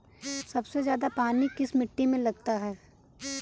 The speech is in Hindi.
सबसे ज्यादा पानी किस मिट्टी में लगता है?